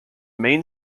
main